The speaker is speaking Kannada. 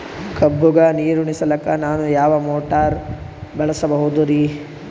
ಕಬ್ಬುಗ ನೀರುಣಿಸಲಕ ನಾನು ಯಾವ ಮೋಟಾರ್ ಬಳಸಬಹುದರಿ?